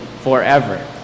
forever